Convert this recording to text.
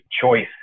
choice